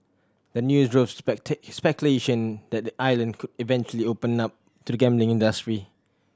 the news drove speculation that the island could eventually open up to the gambling industry